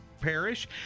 Parish